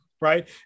right